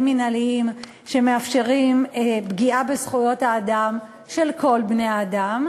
מינהליים שמאפשרים פגיעה בזכויות האדם של כל בני-האדם,